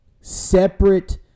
separate